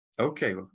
okay